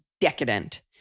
decadent